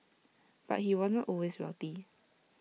but he wasn't always wealthy